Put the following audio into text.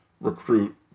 recruit